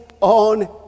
on